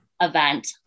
event